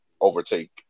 overtake